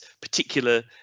particular